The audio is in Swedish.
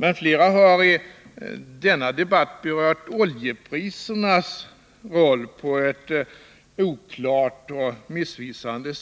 Men flera talare har i denna debatt på ett oklart och missvisande sätt berört oljeprisernas roll.